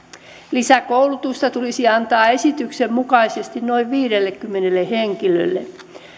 lisäkoulutusta tulisi antaa esityksen mukaisesti noin viidellekymmenelle henkilölle